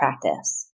practice